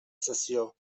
sessió